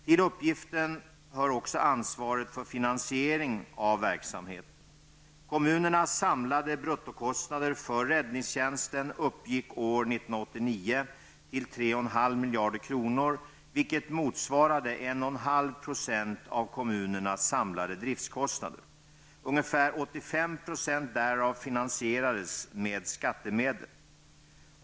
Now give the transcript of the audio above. Till uppggiften hör också ansvaret för finansieringen av verksamheten. Kommuneras samlade bruttokostnader för räddningstjänsten uppgick år Ungefär 85 % därav finansierades med skattemedel.